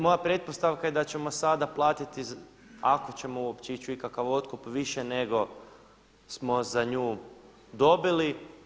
Moja pretpostavka je da ćemo sada platiti ako ćemo uopće ići u ikakav otkup više nego smo za nju dobili.